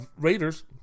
Raiders